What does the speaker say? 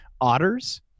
otters